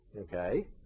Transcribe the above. Okay